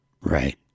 Right